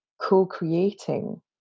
co-creating